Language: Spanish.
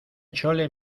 chole